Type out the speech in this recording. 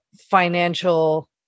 financial